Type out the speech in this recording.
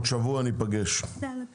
ניפגש בעוד שבוע.